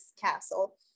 castle